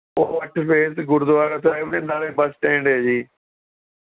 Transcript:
ਉਹ ਅੱਠ ਫੇਸ ਗੁਰਦੁਆਰਾ ਸਾਹਿਬ ਦੇ ਨਾਲ ਹੀ ਬੱਸ ਸਟੈਂਡ ਹੈ ਜੀ